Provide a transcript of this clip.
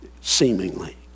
seemingly